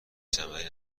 ثمری